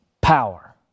power